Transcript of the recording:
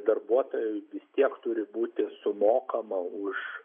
darbuotojui vis tiek turi būti sumokama už